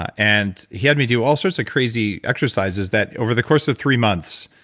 and he had me do all sorts of crazy exercises that, over the course of three months,